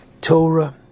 Torah